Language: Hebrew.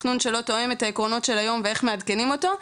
תכנון שלא תואם את העקרונות של היום ואיך מעדכנים אותו.